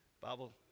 Bible